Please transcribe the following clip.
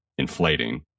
inflating